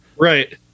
right